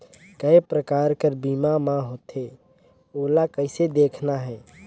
काय प्रकार कर बीमा मा होथे? ओला कइसे देखना है?